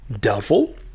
Doubtful